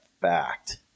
fact